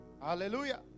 hallelujah